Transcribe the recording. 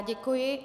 Děkuji.